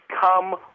Come